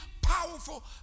powerful